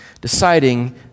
deciding